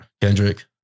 Kendrick